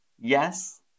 Yes